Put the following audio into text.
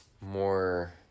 more